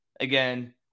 again